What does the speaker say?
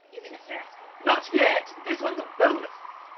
is it mr. askey? not yet this one's a bonus.